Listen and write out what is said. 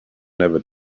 never